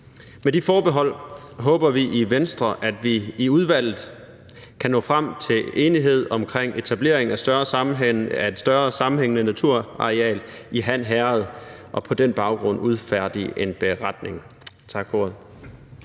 Med de forbehold håber vi i Venstre, at vi i udvalget kan nå frem til enighed omkring etablering af et større sammenhængende naturareal i Han Herred og på den baggrund udfærdige en beretning. Tak for ordet.